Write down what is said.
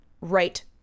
right